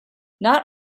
not